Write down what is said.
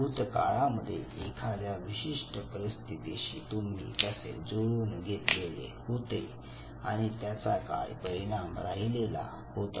भूत काळामध्ये एखाद्या विशिष्ट परिस्थितीशी तुम्ही कसे जुळवून घेतलेले होते आणि त्याचा काय परिणाम राहिलेला होता